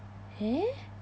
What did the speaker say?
eh